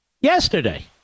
Yesterday